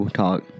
talk